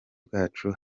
bwacu